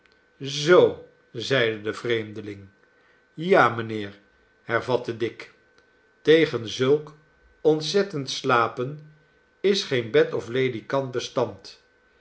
zoo i zeide de vreemdeling ja mijnheer hervatte dick tegen zulk ontzettend slapen is geen bed of ledikant bestand